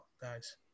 guys